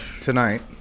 tonight